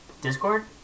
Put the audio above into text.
Discord